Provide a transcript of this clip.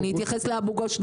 אני אתייחס לאבו גוש.